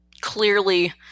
clearly